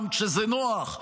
כשזה נוח,